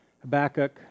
Habakkuk